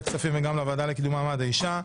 הכספים וגם לוועדה לקידום מעמד האישה.